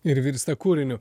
ir virsta kūriniu